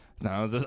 No